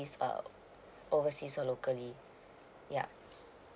it's err oversea or locally yeah